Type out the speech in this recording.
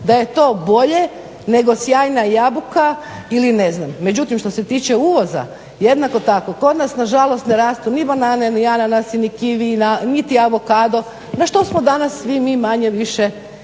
da je to bolje nego sjajna jabuka ili ne znam. Međutim, što se tiče uvoza jednako tako kod nas nažalost ne rastu ni banane, ni ananasi ni kiviji niti avokado na što smo danas svi mi manje-više